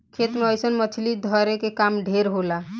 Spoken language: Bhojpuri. खेत मे अइसन मछली धरे के काम ढेर होला